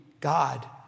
God